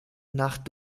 nacht